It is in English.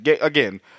Again